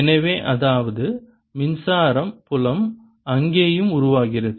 எனவே அதாவது மின்சார புலம் அங்கேயும் உருவாகிறது